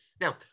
Now